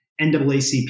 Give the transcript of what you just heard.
NAACP